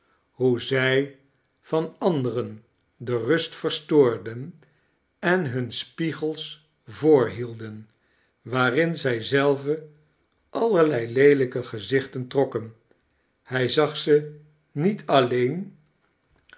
hoe zij van anderen de rust verstoorden en hun spiegels voorhielden waarin zij zelve allerlei leelijke gezichten trokken hij zag ze niet alleen